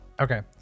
okay